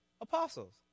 Apostles